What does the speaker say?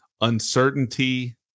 uncertainty